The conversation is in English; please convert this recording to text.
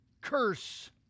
curse